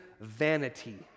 vanity